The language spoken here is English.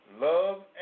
love